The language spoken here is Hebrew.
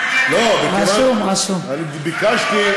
איך נכנסת כאן?